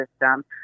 system